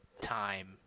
time